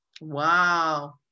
Wow